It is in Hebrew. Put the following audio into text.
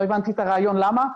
לא הבנתי את הרעיון למה.